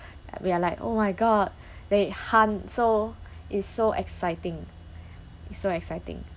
we are like oh my god they hunt so it's so exciting it's so exciting